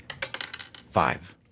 Five